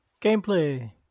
gameplay